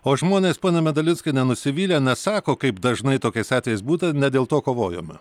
o žmonės pone medalinskai nenusivylę nesako kaip dažnai tokiais atvejais būta ne dėl to kovojome